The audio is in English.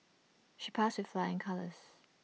she passed with flying colours